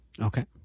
Okay